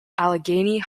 allegheny